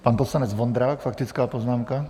Pan poslanec Vondrák, faktická poznámka.